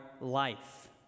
life